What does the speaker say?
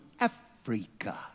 Africa